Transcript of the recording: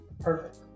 Perfect